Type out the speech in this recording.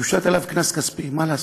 יושת עליו קנס כספי, מה לעשות,